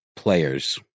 Players